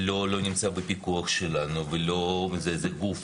איזו המילה?